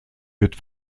wird